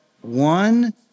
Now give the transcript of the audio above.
one